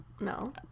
No